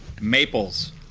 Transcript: maples